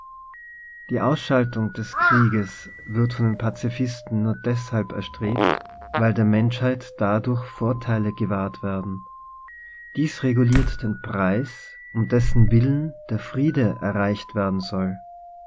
die ausschaltung des krieges wird von den pazifisten nur deshalb erstrebt weil der mensch heit dadurch vorteile gewahrt werden dies reguliert den preis um dessen willen der friede erreicht werden soll